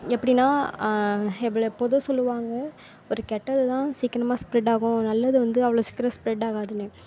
எப்படின்னா எவ்ளவு எப்போதும் சொல்வாங்க ஒரு கெட்டதுதான் சீக்கிரமாக ஸ்பிரட் ஆகும் நல்லது வந்து அவ்வளவு சீக்கிரம் ஸ்பிரட் ஆகாதுன்னு